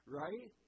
right